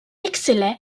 excellait